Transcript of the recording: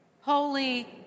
Holy